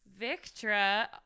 Victra